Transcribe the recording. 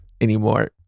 anymore